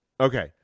Okay